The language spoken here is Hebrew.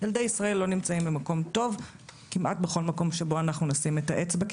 ילדי ישראל לא נמצאים במקום טוב כמעט בכל מקום שבו אנחנו נשים את האצבע,